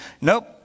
Nope